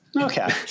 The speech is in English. Okay